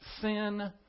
sin